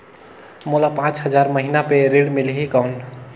मोला पांच हजार महीना पे ऋण मिलही कौन?